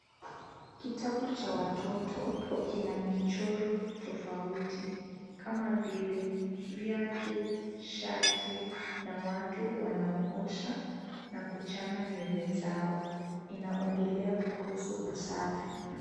Kitabu cha watoto kina michoro tofauti. Kama vile, viatu, shati na watu wanaoosha na kuchana nywele zao. Inaongelea kuhusu usafi.